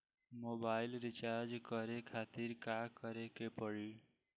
Mobile recharge करे खातिर का करे के पड़ी?